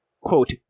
quote